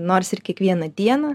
nors ir kiekvieną dieną